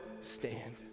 stand